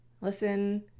listen